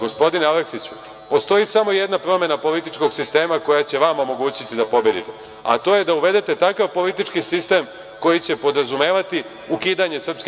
Gospodine Aleksiću, postoji samo jedna promena političkog sistema koja će vama omogućiti da pobedite, a to je da uvedete takav politički sistem koji će podrazumevati ukidanje SNS.